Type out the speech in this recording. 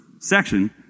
section